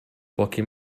pochi